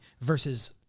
versus